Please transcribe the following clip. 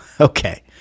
Okay